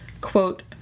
quote